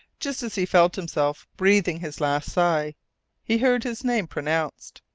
just as he felt himself breathing his last sigh he heard his name pronounced,